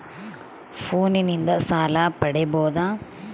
ಫೋನಿನಿಂದ ಸಾಲ ಪಡೇಬೋದ?